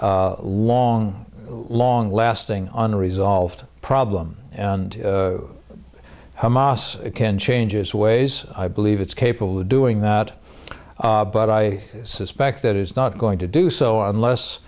long long lasting unresolved problem and how moss can change is ways i believe it's capable of doing that but i suspect that is not going to do so unless